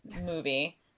movie